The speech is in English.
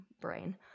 brain